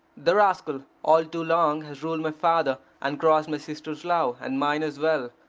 the rascal all too long has ruled my father, and crossed my sister's love, and mine as well.